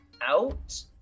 out